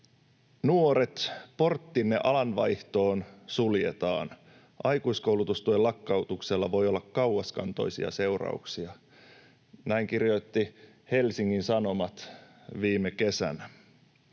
”Nuoret, porttinne alanvaihtoon suljetaan. Aikuiskoulutustuen lakkautuksella voi olla kauaskantoisia seurauksia.” Näin kirjoitti Helsingin Sanomat viime kesänä.